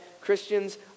Christians